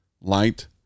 light